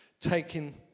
taking